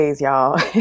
y'all